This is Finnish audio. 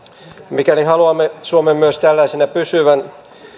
mikäli haluamme suomen myös tällaisena pysyvän